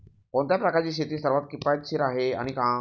कोणत्या प्रकारची शेती सर्वात किफायतशीर आहे आणि का?